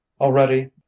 already